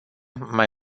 mai